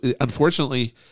unfortunately